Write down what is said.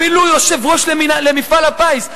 אפילו יושב-ראש למפעל הפיס,